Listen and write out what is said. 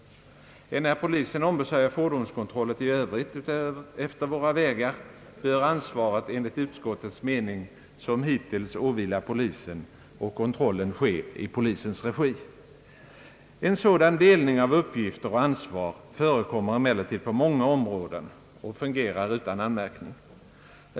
Enär polisen ombesörjer fordonskontrollen i övrigt utefter våra vägar, bör ansvaret enligt utskottets mening som hittills åvila polisen och kontrollen ske i polisens regi. En sådan delning av appglfter och ansvar förekommer =<:emellertid på många områden och fungerar utan anmärkning.